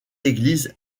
église